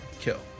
kill